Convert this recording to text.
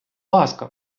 ласка